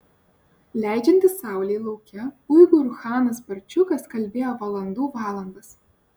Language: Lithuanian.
leidžiantis saulei lauke uigūrų chanas barčiukas kalbėjo valandų valandas